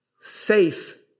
safe